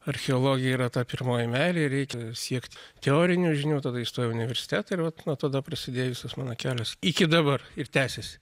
archeologija yra ta pirmoji meilė ir reikia siekti teorinių žinių tada įstojau į universitetą ir vat nuo tada prasidėjo visas mano kelias iki dabar ir tęsiasi